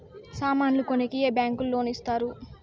సామాన్లు కొనేకి ఏ బ్యాంకులు లోను ఇస్తారు?